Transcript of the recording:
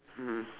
mm